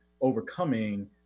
overcoming